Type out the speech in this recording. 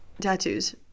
tattoos